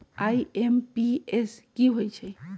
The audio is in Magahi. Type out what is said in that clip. आई.एम.पी.एस की होईछइ?